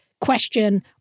question